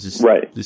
Right